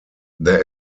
there